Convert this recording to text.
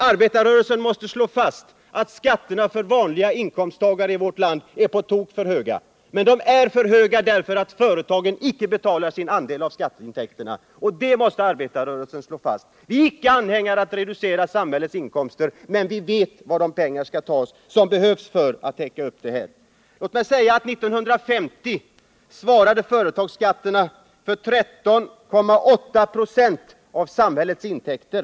Arbetarrörelsen måste slå fast att skatterna för vanliga inkomsttagare i vårt land är på tok för höga. Men de är för höga därför att företagen icke betalar sin andel av skatteintäkterna. Arbetarrörelsen måste slå fast: Vi är icke anhängare av att reducera samhällets inkomster, men vi vet varifrån de pengar skall tas som behövs för att täcka upp det här. Låt mig säga att år 1950 svarade företagsskatterna för 13,8 26 av samhällets intäkter.